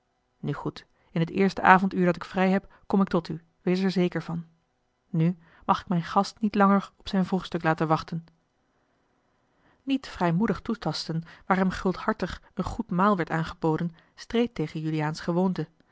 nu goed in t eerste avonduur dat ik vrij heb kom ik tot u wees er zeker van nu mag ik mijn gast niet langer op zijn vroegstuk laten wachten niet vrijmoedig toetasten waar hem gulhartig een goed maal werd aangeboden streed tegen juliaan's gewoonte